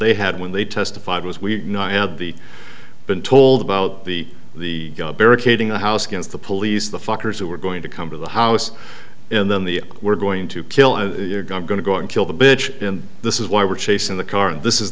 they had when they testified was we had the been told about the the barricade in the house skins the police the fuckers who were going to come to the house and then the we're going to kill a gun going to go and kill the bitch in this is why we're chasing the car and this is